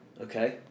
Okay